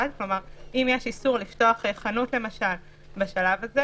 למה החמרתם את זה מפעם קודמת?